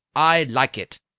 i like it,